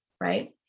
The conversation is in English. Right